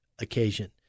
occasion